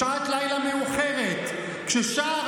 בשעת לילה מאוחרת, כששער